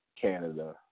Canada